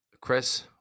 Chris